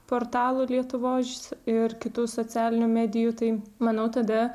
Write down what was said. portalų lietuvos ir kitų socialinių medijų tai manau tada